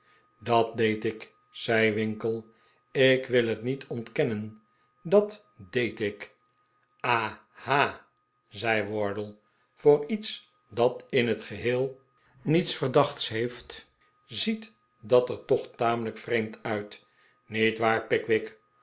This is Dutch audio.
dat deed ik zei pickwick ik wil het niet ontkennen dat deed ik aha zei wardle voor iets dat in het geheel niets verdachts heeft ziet dat er toch tamelijk vreemd uit niet waar